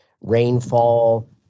rainfall